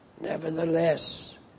Nevertheless